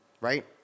right